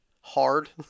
hard